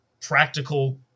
practical